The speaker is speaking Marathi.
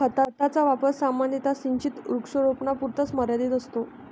खताचा वापर सामान्यतः सिंचित वृक्षारोपणापुरता मर्यादित असतो